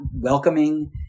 welcoming